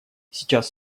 сейчас